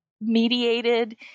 mediated